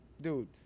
dude